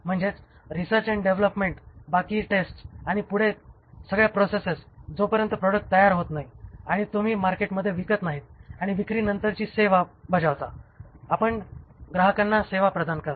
म्हणजेच रिसर्च आणि डेव्हलपमेंट बाकी टेस्ट्स आणि पुढे सगळ्या प्रोसेसेस जो पर्यंत प्रॉडक्ट तयार होत नाही आणि तुम्ही मार्केटमध्ये विकत नाहीत आणि विक्रीनंतरची सेवा बजावता आपण ग्राहकांना सेवा प्रदान करता